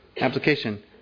application